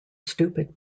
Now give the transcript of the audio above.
stupid